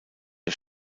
der